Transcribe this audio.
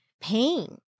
pain